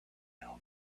know